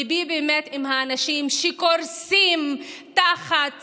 ליבי באמת עם האנשים שקורסים תחת,